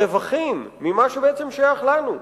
ברווחים ממה שבעצם שייך לנו,